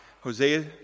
Hosea